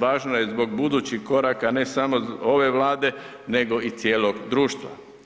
važno je zbog budućih koraka ne samo ove Vlade nego i cijelog društva.